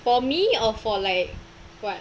for me or for like what